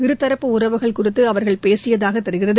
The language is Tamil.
இருதரப்பு உறவுகள் குறித்து அவர்கள் பேசியதாக தெரிகிறது